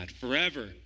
Forever